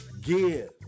give